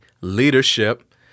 leadership